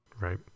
Right